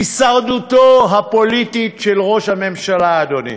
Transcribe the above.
הישרדותו הפוליטית של ראש הממשלה, אדוני.